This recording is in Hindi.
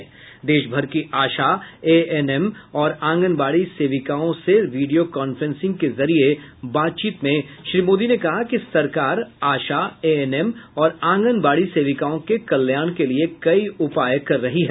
आज देशभर की आशा ए एन एम और आंगनवाड़ी सेविकाओं से वीडियो कांफ्रेंसिंग के जरिये बातचीत में श्री मोदी ने कहा कि सरकार आशा ए एन एम और आंगनवाड़ी सेविकाओं के कल्याण के लिए कई उपाय कर रही है